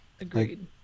Agreed